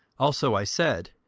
also i said,